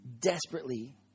desperately